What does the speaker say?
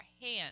hands